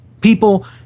People